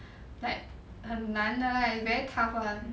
like 很难的 lah it's very tough [one]